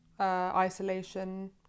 isolation